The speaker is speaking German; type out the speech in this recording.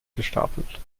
gestapelt